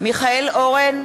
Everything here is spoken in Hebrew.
מיכאל אורן,